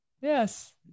Yes